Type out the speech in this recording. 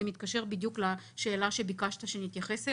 זה מתקשר בדיוק לשאלה שביקשת שנתייחס אליה.